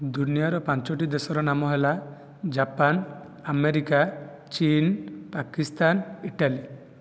ଦୁନିଆର ପାଞ୍ଚଟି ଦେଶର ନାମ ହେଲା ଜାପାନ ଆମେରିକା ଚୀନ ପାକିସ୍ତାନ ଇଟାଲୀ